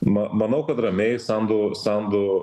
na manau kad ramiai sandu sandu